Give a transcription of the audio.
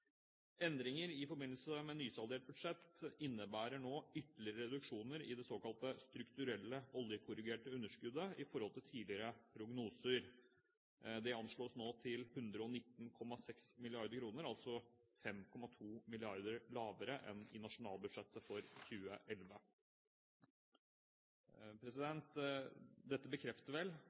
Endringer i forbindelse med nysaldert budsjett innebærer nå ytterligere reduksjoner i det såkalte strukturelle oljekorrigerte underskuddet i forhold til tidligere prognoser. Det anslås nå til 119,6 mrd. kr, altså 5,2 mrd. kr lavere enn i nasjonalbudsjettet for 2011. Dette bekrefter vel